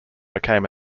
became